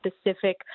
specific